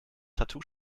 tattoo